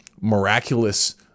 miraculous